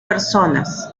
personas